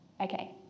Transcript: Okay